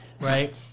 right